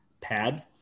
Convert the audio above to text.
pad